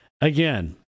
Again